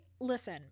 listen